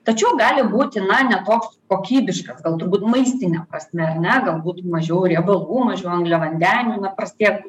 tačiau gali būti na ne toks kokybiškas gal turbūt maistine prasme ar ne galbūt būtų mažiau riebalų mažiau angliavandenių na prastėja